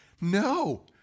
No